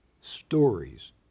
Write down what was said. Stories